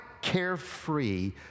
carefree